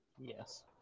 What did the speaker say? Yes